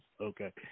Okay